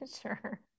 Sure